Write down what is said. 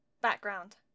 Background